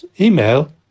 email